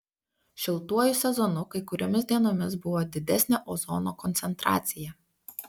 šiltuoju sezonu kai kuriomis dienomis buvo didesnė ozono koncentracija